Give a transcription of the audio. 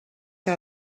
que